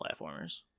platformers